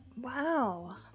wow